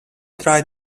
try